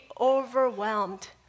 overwhelmed